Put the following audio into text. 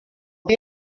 dia